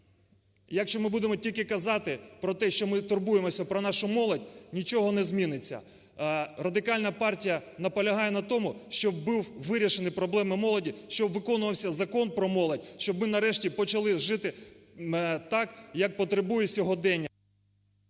якщо ми будемо тільки казати про те, що ми турбуємося про нашу молодь, нічого не зміниться. Радикальна партія наполягає на тому, щоб були вирішені проблеми молоді, щоб виконувався Закон про молодь, щоб ми нарешті почали жити так, як потребує сьогодення.